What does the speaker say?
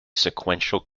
sequential